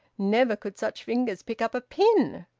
never could such fingers pick up a pin!